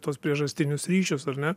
tuos priežastinius ryšius ar ne